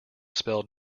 spell